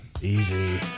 easy